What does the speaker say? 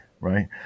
Right